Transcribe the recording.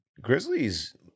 Grizzlies